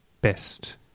best